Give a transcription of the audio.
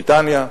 בריטניה,